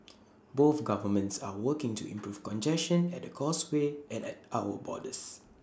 both governments are working to improve congestion at the causeway and at our borders